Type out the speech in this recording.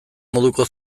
moduko